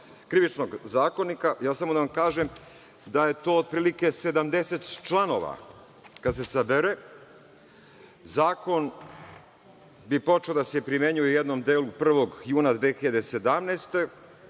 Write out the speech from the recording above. Krivičnog zakonika, samo da vam kažem da je to otprilike 70 članova, kada se sabere. Zakon bi počeo da se primenjuje u jednom delu 1. juna 2017.